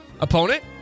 opponent